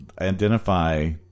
identify